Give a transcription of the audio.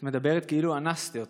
את מדברת כאילו אנסתי אותך.